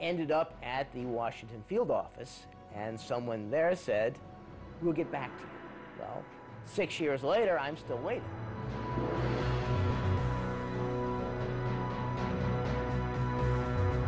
ended up at the washington field office and someone there said we'll get back six years later i'm still waiting